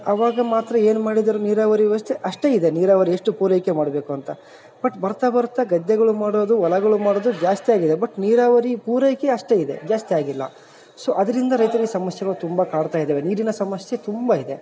ಅವಾಗ ಮಾತ್ರ ಏನು ಮಾಡಿದರು ನೀರಾವರಿ ವ್ಯವಸ್ಥೆ ಅಷ್ಟೇ ಇದೆ ನೀರಾವರಿ ಎಷ್ಟು ಪೂರೈಕೆ ಮಾಡಬೇಕು ಅಂತ ಬಟ್ ಬರ್ತಾ ಬರ್ತಾ ಗದ್ದೆಗಳು ಮಾಡೋದು ಹೊಲಗಳ್ ಮಾಡೋದು ಜಾಸ್ತಿ ಆಗಿದೆ ಬಟ್ ನೀರಾವರಿ ಪೂರೈಕೆ ಅಷ್ಟೇ ಇದೆ ಜಾಸ್ತಿಯಾಗಿಲ್ಲ ಸೊ ಅದ್ರಿಂದ ರೈತ್ರ ಈ ಸಮಸ್ಯೆಗಳು ತುಂಬ ಕಾಡ್ತ ಇದಾವೆ ನೀರಿನ ಸಮಸ್ಯೆ ತುಂಬ ಇದೆ